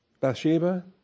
Bathsheba